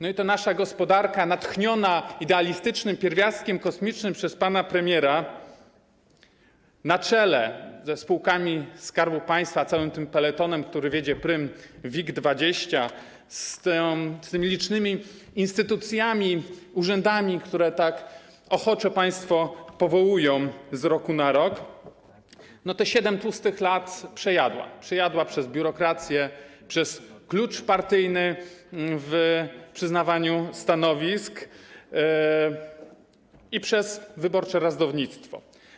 No i ta nasza gospodarka, natchniona idealistycznym pierwiastkiem kosmicznym przez pana premiera, na czele ze spółkami Skarbu Państwa, całym tym peletonem, który wiedzie prym w WIG20, z tymi licznymi instytucjami, urzędami, które tak ochoczo państwo powołują z roku na rok, te 7 tłustych lat przejadła, przejadła przez biurokrację, przez klucz partyjny w przyznawaniu stanowisk i przez wyborcze rozdawnictwo.